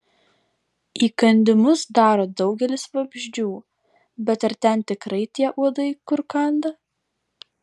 įkandimus daro daugelis vabzdžių bet ar ten tikrai tie uodai kur kanda